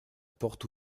porte